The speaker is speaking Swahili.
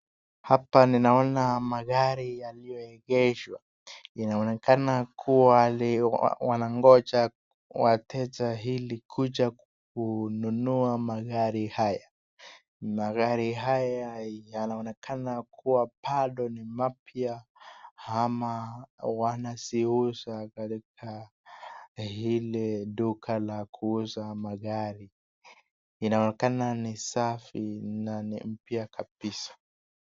Hapa ninaona magari yalioegeshwa, inaonekana kuwa wanangoja wateja ili kuja kununua magari haya, magari haya yanaonekana kuwa bado ni mapya ama wanaziuza katika hili duka la kuuza magari, inaonekana ni safi na ni mpya kabisa.